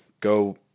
Go